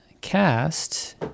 cast